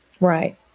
Right